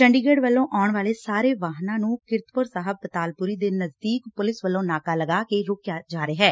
ਚੰਡੀਗੜ੍ਹ ਵੱਲੋਂ ਆਉਣ ਵਾਲੇ ਸਾਰਿਆਂ ਵਾਹਨਾਂ ਨੂੰ ਕੀਰਤਪੁਰ ਸਾਹਿਬ ਪਤਾਲਪੁਰੀ ਦੇ ਨਜ਼ਦੀਕ ਪੁਲਿਸ ਵੱਲੋਂ ਨਾਕਾ ਲਗਾ ਕੇ ਰੋਕਿਆ ਜਾ ਰਿਹੈ